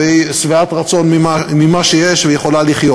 והיא שבעת רצון ממה שיש והיא יכולה לחיות.